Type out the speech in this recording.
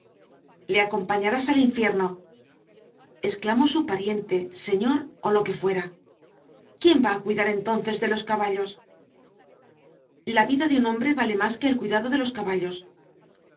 le acompañarás al infierno exclamó su pariente señor o lo que fuera quién va a cuidar entonces de los caballos la vida de un hombre vale más que el cuidado de los caballos